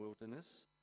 wilderness